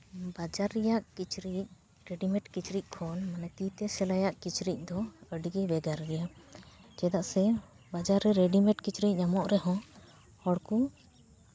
ᱵᱟᱡᱟᱨ ᱨᱮᱭᱟᱜ ᱠᱤᱪᱨᱤᱡ ᱨᱮᱰᱤᱢᱮᱰ ᱠᱤᱪᱨᱤᱡ ᱠᱷᱚᱱ ᱢᱟᱱᱮ ᱛᱤ ᱛᱮ ᱥᱤᱞᱟᱭᱟᱜ ᱠᱤᱪᱨᱤᱡ ᱫᱚ ᱟᱹᱰᱤᱜᱮ ᱵᱷᱮᱜᱟᱨ ᱜᱮᱭᱟ ᱪᱮᱫᱟᱜ ᱥᱮ ᱵᱟᱡᱟᱨ ᱨᱮ ᱨᱮᱰᱤᱢᱮᱰ ᱠᱤᱪᱨᱤᱡ ᱧᱟᱢᱚᱜ ᱨᱮᱦᱚᱸ ᱦᱚᱲ ᱠᱚ